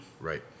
Right